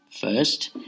first